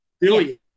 Billion